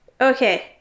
Okay